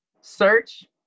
Search